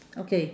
okay